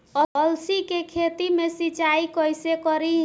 अलसी के खेती मे सिचाई कइसे करी?